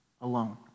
alone